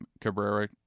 Cabrera